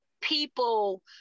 people